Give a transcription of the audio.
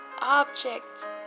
object